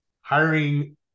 Hiring